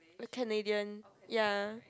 Canadian ya